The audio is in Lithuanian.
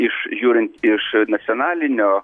iš žiūrint iš nacionalinio